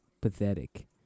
Pathetic